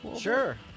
Sure